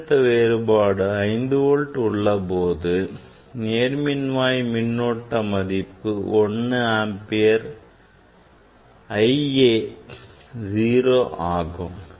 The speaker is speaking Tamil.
மின்னழுத்த வேறுபாடு 5 வோல்ட் உள்ள போதும் நேர் மின்வாய் மின்னோட்ட மதிப்பு IA 0 ஆகும்